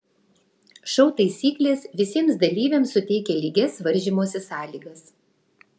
šou taisyklės visiems dalyviams suteikia lygias varžymosi sąlygas